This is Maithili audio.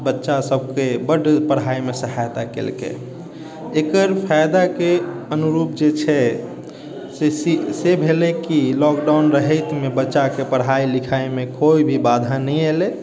बच्चा सबके बड पढ़ाई मे सहायता केलकै एकर फायदा के अनुरूप जे छै से भेलै की लॉकडाउन रहैत मे बच्चा के पढ़ाई लिखाई मे कोइ भी बाधा नहि एलै